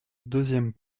deuxième